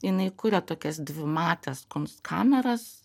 jinai kuria tokias dvimates kunskameras